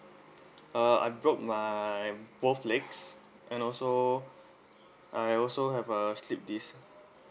uh I broke my both legs and also I also have a slip disc